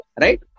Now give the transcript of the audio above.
right